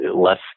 less